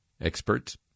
Experts